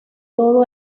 todo